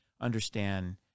understand